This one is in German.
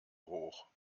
hoch